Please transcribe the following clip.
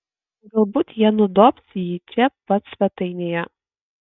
galbūt jie nudobs jį čia pat svetainėje